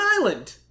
island